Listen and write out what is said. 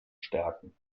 stärken